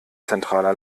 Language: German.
zentraler